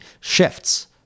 shifts